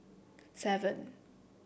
seven